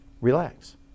relax